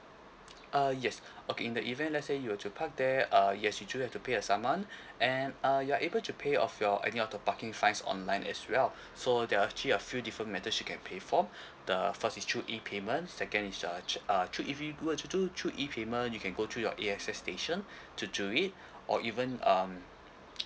uh yes okay in the event let say you were to park there uh yes you do have to pay a saman and uh you are able to pay off your any of the parking fines online as well so there are actually a few different methods you can pay for the first is through E payment second is uh to uh through if you were to do through E payment you can go to your A_X_S station to do it or even um